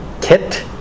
kit